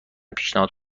پیشنهاد